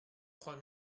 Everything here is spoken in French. trois